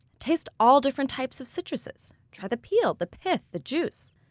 taste all different types of citruses. try the peel, the pith, the juice.